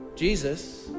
Jesus